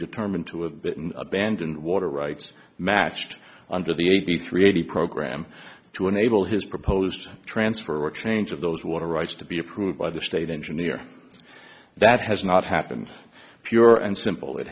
determined to have been abandoned water rights matched under the eighty three eighty program to enable his proposed transfer or change of those water rights to be approved by the state engineer that has not happened pure and simple it